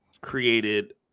created